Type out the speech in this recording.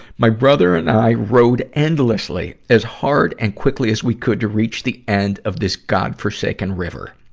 my brother and i rowed endlessly, as hard and quickly as we could, to reach the end of this god-forsaken river.